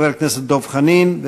חבר הכנסת דב חנין,